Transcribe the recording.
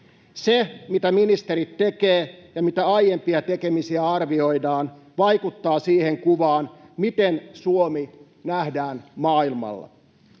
Se, mitä ministeri tekee ja miten aiempia tekemisiä arvioidaan, vaikuttaa siihen kuvaan, miten Suomi nähdään maailmalla.